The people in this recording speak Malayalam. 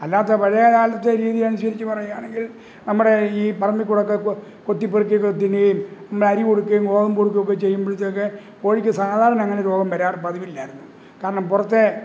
അല്ലാത്ത പഴയകാലത്തെ രീതി അനുസരിച്ച് പറയുകയാണെങ്കില് നമ്മുടെ ഈ പറമ്പിൽ കൂടെ കൊത്തി പെറുക്കി തിന്നുകയും നമ്മള് അരി കൊടുക്കുകയും ഗോതമ്പ് കൊടുക്കുകയും ഒക്കെ ചെയ്യുമ്പോഴത്തേക്ക് കോഴിക്ക് സാധാരണ അങ്ങനെ രോഗം വരാറ് പതിവില്ലായിരുന്നു കാരണം പുറത്തെ